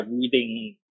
reading